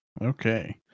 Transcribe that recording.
Okay